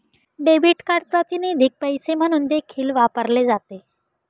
debit card प्रातिनिधिक पैसे म्हणून देखील वापरले जाते